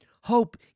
Hope